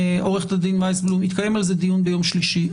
עו"ד ויסבלום, יתקיים על זה דיון ביום שלישי.